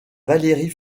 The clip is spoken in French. valerie